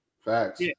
Facts